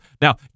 Now